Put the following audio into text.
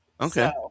Okay